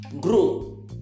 grow